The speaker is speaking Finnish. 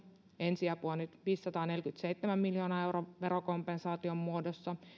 ensiapua nyt viidensadanneljänkymmenenseitsemän miljoonan euron verokompensaation muodossa